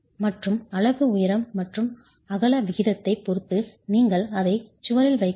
மற்றும் அலகு உயரம் மற்றும் அகல விகிதத்தைப் பொறுத்து நீங்கள் அதை சுவரில் வைக்கும் விதம்